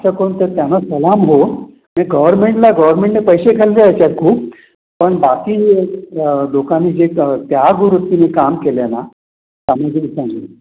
त्याच्याकडून तर त्यांना सलाम हो म्हणजे गवर्मेंटला गव्हर्मेंटने पैसे खाल्ले ह्याच्यात खूप पण बाकी लोकांनी जे त्यागवृत्तीने काम केले आहे ना सामुदायिकपणे